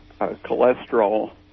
cholesterol